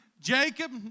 Jacob